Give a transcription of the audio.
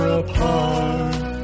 apart